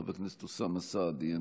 חבר הכנסת אוסאמה סעדי,